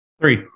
Three